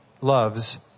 loves